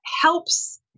helps